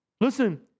Listen